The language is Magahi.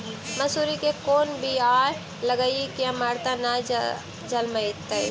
मसुरी के कोन बियाह लगइबै की अमरता न जलमतइ?